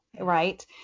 Right